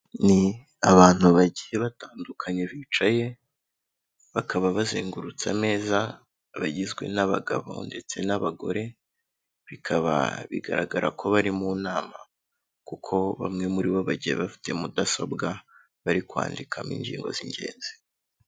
Ni abantu bagiye batandukanye bicaye bakaba bazengurutse ameza, bagizwe n'abagabo ndetse n'abagore, bikaba bigaragara ko bari mu nama kuko bamwe muri bo bagiye bafite mudasobwa bari kwandikamo ingingo z'ingenzi.